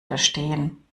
verstehen